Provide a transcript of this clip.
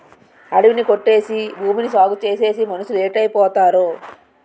అడివి ని కొట్టేసి భూమిని సాగుచేసేసి మనుసులేటైపోతారో